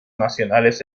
nacionales